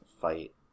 fight